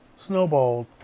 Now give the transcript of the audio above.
snowballed